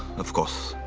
of course.